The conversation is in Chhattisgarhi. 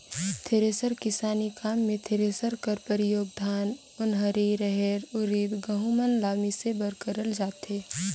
थेरेसर किसानी काम मे थरेसर कर परियोग धान, ओन्हारी, रहेर, उरिद, गहूँ मन ल मिसे बर करल जाथे